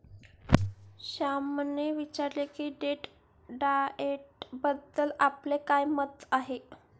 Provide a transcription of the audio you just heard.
श्यामने विचारले की डेट डाएटबद्दल आपले काय मत आहे?